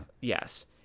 Yes